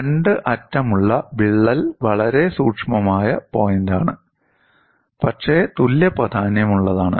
രണ്ട് അറ്റമുള്ള വിള്ളൽ വളരെ സൂക്ഷ്മമായ പോയിന്റാണ് പക്ഷേ തുല്യപ്രാധാന്യമുള്ളതാണ്